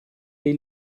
dei